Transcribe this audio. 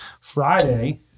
Friday